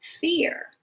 fear